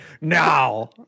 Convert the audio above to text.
now